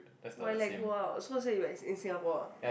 why let go out so in Singapore ah